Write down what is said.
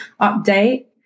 update